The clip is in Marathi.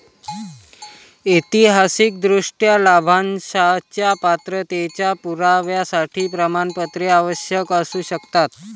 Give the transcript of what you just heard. ऐतिहासिकदृष्ट्या, लाभांशाच्या पात्रतेच्या पुराव्यासाठी प्रमाणपत्रे आवश्यक असू शकतात